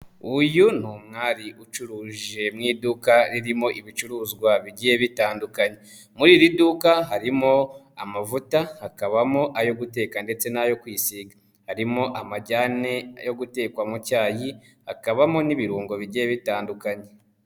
Uyu ni umwari ucuruje mu iduka ririmo ibicuruzwa bigiye bitandukanye, muri iri duka harimo amavuta, hakabamo ayo guteka ndetse n'ayo kwisiga, harimo amajyani yo guteka mu cyayi, hakabamo n'ibirungo bigiye bitandukanye.